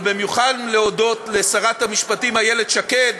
אבל במיוחד לשרת המשפטים איילת שקד,